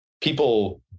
people